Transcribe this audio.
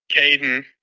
Caden